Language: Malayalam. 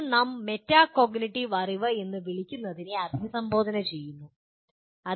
ഇത് നാം മെറ്റാകോഗ്നിറ്റീവ് അറിവ് എന്ന് വിളിക്കുന്നതിനെ അഭിസംബോധന ചെയ്യാൻ പോകുന്നു